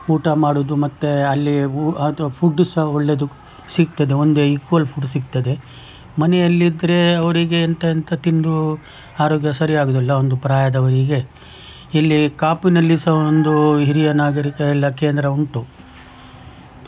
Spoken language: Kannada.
ಊಟ ಮಾಡೋದು ಮತ್ತೆ ಅಲ್ಲಿ ಅಥವಾ ಫುಡ್ ಸಹ ಒಳ್ಳೇದು ಸಿಗ್ತದೆ ಒಂದೇ ಇಕ್ವಲ್ ಫುಡ್ ಸಿಗ್ತದೆ ಮನೆಯಲ್ಲಿದ್ದರೆ ಅವರಿಗೆ ಎಂಥ ಎಂಥ ತಿಂದು ಆರೋಗ್ಯ ಸರಿಯಾಗೋದಿಲ್ಲ ಒಂದು ಪ್ರಾಯದವರಿಗೆ ಇಲ್ಲಿ ಕಾಪುನಲ್ಲಿ ಸಹ ಒಂದು ಹಿರಿಯ ನಾಗರಿಕ ಎಲ್ಲ ಕೇಂದ್ರ ಉಂಟು